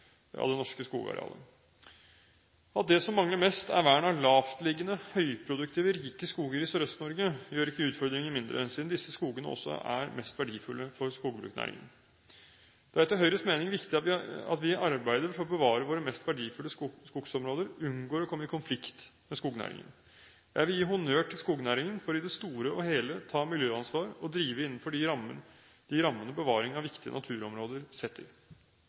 skogarealet. At det som mangler mest, er vern av lavtliggende høyproduktive, rike skoger i Sørøst-Norge, gjør ikke utfordringen mindre, siden disse skogene også er mest verdifulle for skogbruksnæringen. Det er etter Høyres mening viktig at vi i arbeidet for å bevare våre mest verdifulle skogsområder unngår å komme i konflikt med skognæringen. Jeg vil gi honnør til skognæringen fordi den i det store og hele tar miljøansvar og driver innenfor de rammene bevaring av viktige naturområder setter. Naturverdiene i